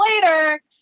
later